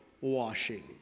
washing